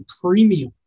premium